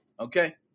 Okay